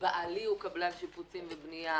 בעלי הוא קבלן שיפוצים בבנייה,